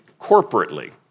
corporately